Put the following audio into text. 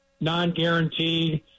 non-guaranteed